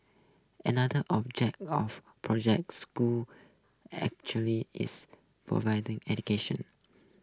another object of Project Schools actually is providing education